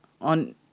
on